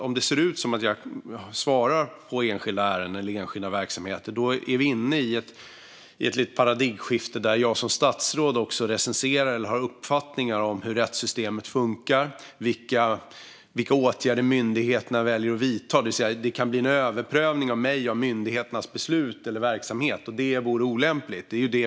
Om det ser ut som att jag svarar på enskilda ärenden eller verksamheter är vi inne i ett paradigmskifte där jag som statsråd recenserar eller har uppfattningar om hur rättssystemet fungerar och vilka åtgärder som myndigheterna väljer att vidta. Det kan bli en överprövning av mig av myndigheternas beslut eller verksamhet. Det vore olämpligt.